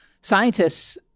scientists